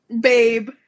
babe